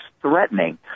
threatening